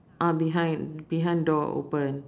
ah behind behind door open